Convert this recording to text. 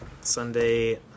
Sunday